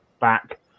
back